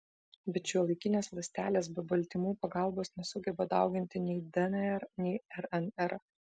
bet šiuolaikinės ląstelės be baltymų pagalbos nesugeba dauginti nei dnr nei rnr